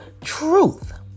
truth